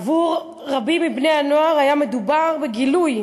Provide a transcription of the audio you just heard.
עבור רבים מבני-הנוער היה מדובר בגילוי,